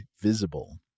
Visible